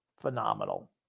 phenomenal